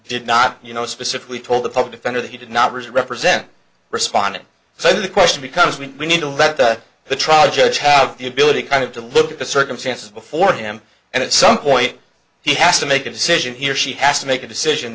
did not you know specifically told the public defender that he did not represent responding so the question becomes when we need to let that the trial judge have the ability kind of to look at the circumstances before him and at some point he has to make a decision he or she has to make a decision